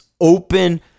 open